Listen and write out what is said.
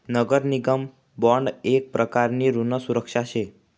नगर निगम बॉन्ड येक प्रकारनी ऋण सुरक्षा शे